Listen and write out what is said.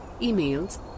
emails